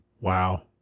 Wow